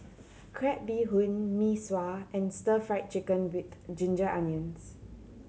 crab bee hoon Mee Sua and Stir Fried Chicken With Ginger Onions